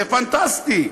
זה פנטסטי.